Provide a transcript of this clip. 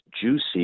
juicy